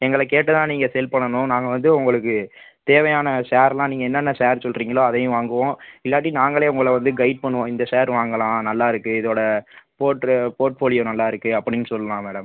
எங்களை கேட்டு தான் நீங்கள் செல் பண்ணணும் நாங்கள் வந்து உங்களுக்கு தேவையான ஷேரெலாம் நீங்கள் என்னென்ன ஷேர் சொல்லுறீங்களோ அதையும் வாங்குவோம் இல்லாட்டி நாங்களே உங்களை வந்து கைட் பண்ணுவோம் இந்த ஷேர் வாங்கலாம் நல்லா இருக்குது இதோடய போட்ரு போர்ட்ஃபோலியோ நல்லாயிருக்கு அப்படின்னு சொல்லாம் மேடம்